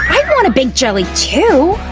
i want a big jelly too,